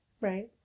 right